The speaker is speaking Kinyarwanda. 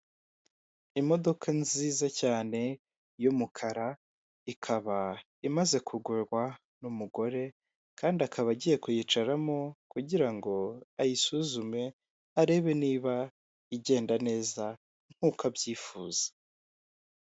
Igiceri cy'u Rwanda cyanditseho banke nasiyonari di Rwanda, bigaragara ko cyakozwe mu mwaka w' igihumbi kimwe magana cyenda mirongo irindwi na karindwi, kandi iki giceri gishushanyijeho igitoki bigaragara ko mu Rwanda haba insina nyinshi.